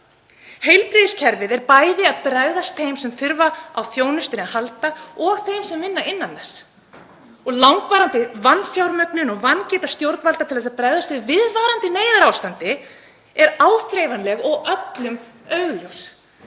Heilbrigðiskerfið er bæði að bregðast þeim sem þurfa á þjónustu þess að halda og þeim sem vinna innan þess. Langvarandi vanfjármögnun og vangeta stjórnvalda til að bregðast við viðvarandi neyðarástandi er áþreifanleg og öllum augljós.